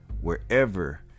wherever